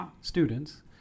students